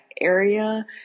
area